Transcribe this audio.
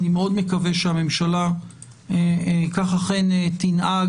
אני מקווה מאוד שהממשלה כך אכן תנהג